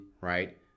right